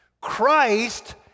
Christ